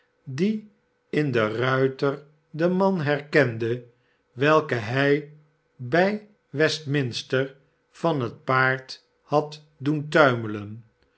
die in den ruiter den man herkende welken hij bij westminster van het paard had doen tuimelen